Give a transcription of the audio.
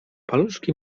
paluszki